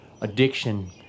addiction